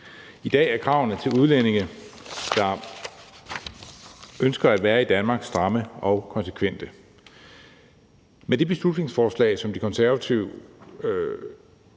I dag er kravene til udlændinge, der ønsker at være i Danmark, stramme og konsekvente. Det beslutningsforslag, som De Konservative